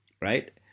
right